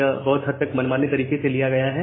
यह बहुत हद तक मनमाने तरीके से लिया गया है